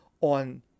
on